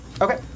Okay